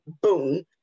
boom